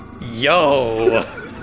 Yo